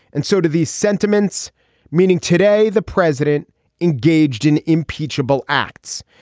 and so do these sentiments meaning today the president engaged in impeachable acts.